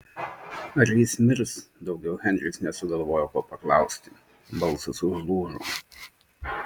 ar jis mirs daugiau henris nesugalvojo ko paklausti balsas užlūžo